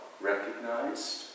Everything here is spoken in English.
recognized